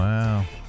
Wow